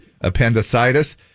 Appendicitis